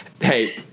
Hey